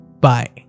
Bye